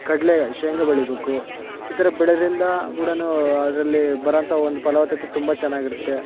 ಕಡಲೆ ಶೇಂಗ ಬೆಳೀಬೇಕು ಈ ಥರ ಬೆಳೆಯೋದ್ರಿಂದ ಕೂಡ ಅದ್ರಲ್ಲಿ ಬರೋಂಥ ಒಂದು ಫಲವತ್ತತೆ ತುಂಬ ಚೆನ್ನಾಗಿರತ್ತೆ